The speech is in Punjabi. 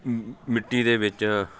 ਮ ਮਿੱਟੀ ਦੇ ਵਿੱਚ